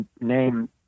name